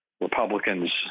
Republicans